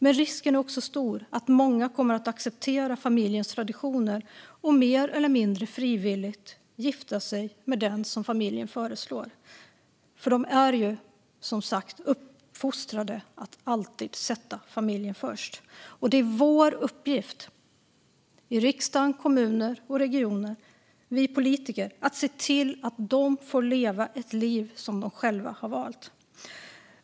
Men risken är också stor att många kommer att acceptera familjens traditioner och mer eller mindre frivilligt gifta sig med den som familjen föreslår, för de är ju som sagt uppfostrade att alltid sätta familjen först. Det är vår uppgift - vi politiker i riksdag, kommuner och regioner - att se till att de får leva ett liv som de själva har valt.